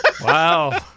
Wow